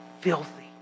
filthy